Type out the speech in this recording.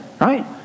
Right